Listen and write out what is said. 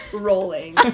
rolling